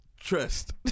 Trust